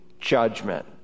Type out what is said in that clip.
judgment